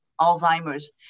Alzheimer's